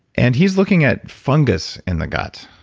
and he's looking at fungus in the gut.